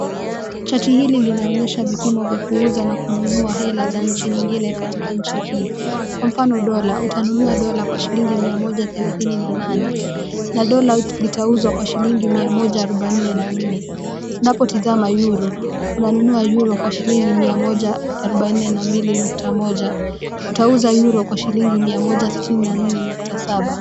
Chati hili linaonyesha vipimo kwa kuuza na kununua hela za nchi nyingine katika nchi hii. Kwa mfano dola, utanunua dola kwa shilingi mia moja thelathini na nane na dola litauzwa kwa shilingi mia moja arobaini na nne. Unapotazama euro, unanunua euro kwa shilingi mia moja arobaini na mbili nukta moja. Utauza euro kwa shilingi mia moja sitini na nne nukta saba.